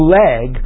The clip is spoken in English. leg